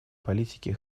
политики